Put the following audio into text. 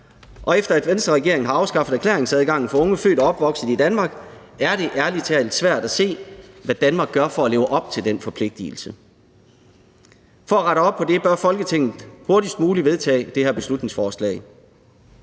Efter Venstreregeringen har afskaffet erklæringsadgangen for unge født og opvokset i Danmark, er det ærlig talt svært at se, hvad Danmark gør for at leve op til den forpligtelse. For at rette op på det bør Folketinget hurtigst muligt vedtage det her beslutningsforslag.